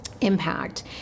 impact